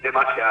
זה מה שעשינו.